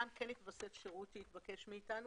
כאן כן התווסף שירות שהתבקש מאתנו.